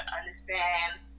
understand